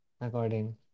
According